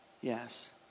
Yes